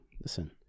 listen